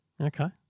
Okay